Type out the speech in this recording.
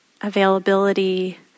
availability